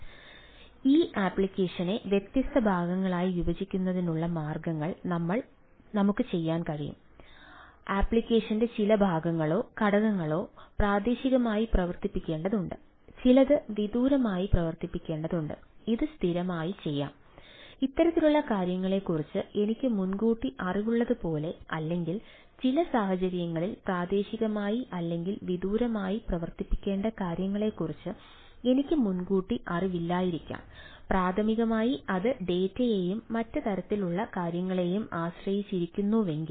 അതിനാൽ ഈ ആപ്ലിക്കേഷനെ വ്യത്യസ്ത ഭാഗങ്ങളായി വിഭജിക്കുന്നതിനുള്ള മാർഗ്ഗങ്ങൾ നമുക്ക് ചെയ്യാൻ കഴിയും ആപ്ലിക്കേഷന്റെ ചില ഭാഗങ്ങളോ ഘടകങ്ങളോ പ്രാദേശികമായി പ്രവർത്തിപ്പിക്കേണ്ടതുണ്ട് ചിലത് വിദൂരമായി പ്രവർത്തിപ്പിക്കേണ്ടതുണ്ട് ഇത് സ്ഥിരമായി ചെയ്യാം ഇത്തരത്തിലുള്ള കാര്യങ്ങളെക്കുറിച്ച് എനിക്ക് മുൻകൂട്ടി അറിവുള്ളതുപോലെ അല്ലെങ്കിൽ ചില സാഹചര്യങ്ങളിൽ പ്രാദേശികമായി അല്ലെങ്കിൽ വിദൂരമായി പ്രവർത്തിപ്പിക്കേണ്ട കാര്യങ്ങളെക്കുറിച്ച് എനിക്ക് മുൻകൂട്ടി അറിയില്ലായിരിക്കാം പ്രാഥമികമായി അത് ഡാറ്റയെയും മറ്റ് തരത്തിലുള്ള കാര്യങ്ങളെയും ആശ്രയിച്ചിരിക്കുന്നുവെങ്കിൽ